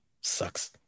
sucks